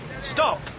Stop